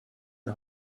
and